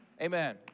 Amen